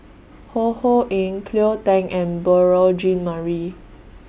Ho Ho Ying Cleo Thang and Beurel Jean Marie